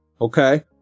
okay